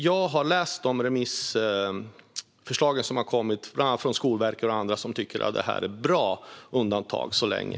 Jag har läst de remissvar som har kommit, bland annat från Skolverket och andra, som anser att detta är bra undantag så länge.